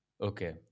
Okay